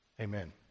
Amen